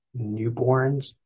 newborns